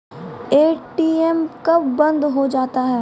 ATM कब बंद हो जाता हैं?